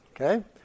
Okay